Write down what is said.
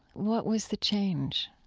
what was the change?